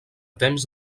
temps